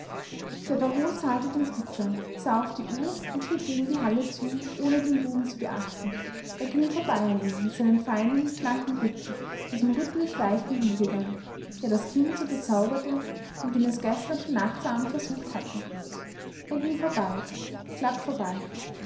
der baron zahlte dem kutscher sah auf die uhr und schritt gegen die hall zu ohne den buben zu beachten er ging vorbei an ihm mit seinem feinen schlanken rücken diesem rhythmisch leichten wiegegang der das kind so bezauberte und den es gestern schon nachzuahmen versucht hatte er ging vorbei glatt vorbei